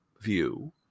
view